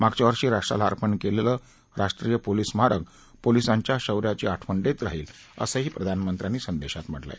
मागच्या वर्षी राष्ट्राला अर्पण केलेलं राष्ट्रीय पोलीस स्मारक पोलीसांच्या शौयौची आठवण देत राहील असंही प्रधानमंत्र्यांनी संदेशात म्हटलं आहे